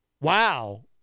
wow